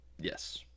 Yes